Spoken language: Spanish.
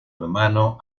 hermano